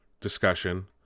discussion